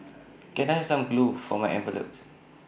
can I some glue for my envelopes